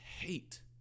hate